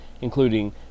Including